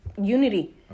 unity